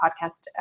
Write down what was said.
podcast